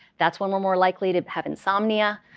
that's when we're more likely to have insomnia.